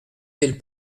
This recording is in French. del